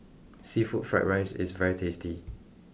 seafood fried rice is very tasty